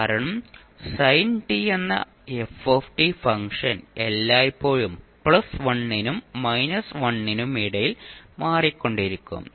കാരണം sin t എന്ന f function എല്ലായ്പ്പോഴും പ്ലസ് 1 നും മൈനസ് 1 നും ഇടയിൽ മാറിക്കൊണ്ടിരിക്കും